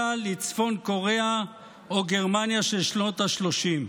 לצפון קוריאה או גרמניה של שנות השלושים.